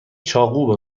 چاقو